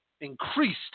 increased